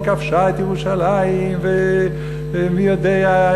היא כבשה את ירושלים ומי יודע,